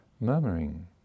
murmuring